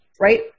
right